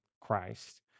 Christ